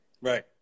Right